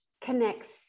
connects